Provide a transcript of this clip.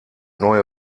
neue